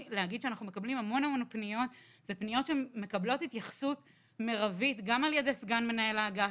מקבלים המון פניות שמקבלות התייחסות מרבית גם על ידי סגן מנהל האגף,